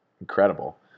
incredible